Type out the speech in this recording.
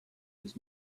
was